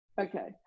Okay